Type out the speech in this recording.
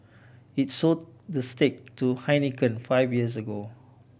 it sold the stake to Heineken five years ago